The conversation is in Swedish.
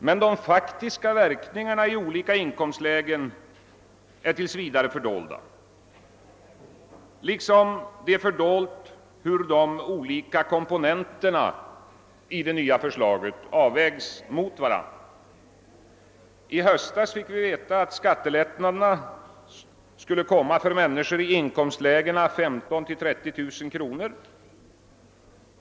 Men de faktiska verkningarna i olika inkomstlägen är tills vidare fördolda liksom det är fördolt hur de olika komponenterna i det nya förslaget avvägs mot varandra. I höstas fick vi veta att skattelättnaderna skulle avse människor i inkomstlägena 15 000—30 000 kronor.